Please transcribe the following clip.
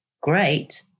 great